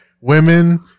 women